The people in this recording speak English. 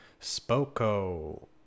Spoko